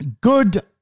good